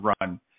run